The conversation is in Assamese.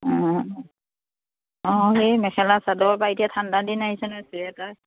অঁ অঁ সেই মেখেলা চাদৰ বা এতিয়া ঠাণ্ডা দিন আহিছে ন চুৱেটাৰ